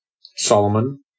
Solomon